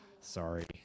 Sorry